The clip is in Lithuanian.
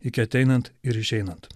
iki ateinant ir išeinant